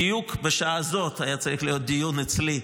בדיוק בשעה הזאת היה צריך להיות דיון אצלי,